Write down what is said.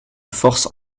force